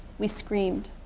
we screamed.